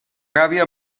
gàbia